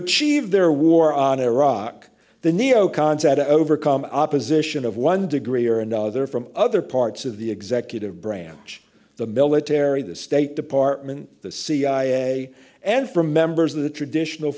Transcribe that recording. their war on iraq the neo cons had to overcome opposition of one degree or another from other parts of the executive branch the military the state department the cia and from members of the traditional